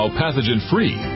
pathogen-free